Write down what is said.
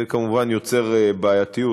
זה כמובן יוצר בעייתיות,